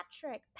Patrick